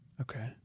Okay